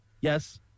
yes